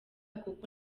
kuko